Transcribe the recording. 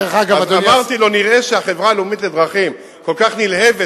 נראה שהחברה הלאומית לדרכים כבר כל כך נלהבת